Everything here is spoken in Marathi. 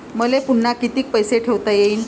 मले पुन्हा कितीक पैसे ठेवता येईन?